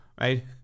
right